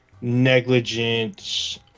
negligence